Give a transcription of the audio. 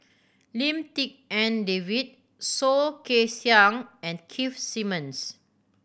Lim Tik En David Soh Kay Siang and Keith Simmons